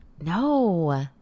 No